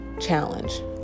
challenge